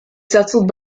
settled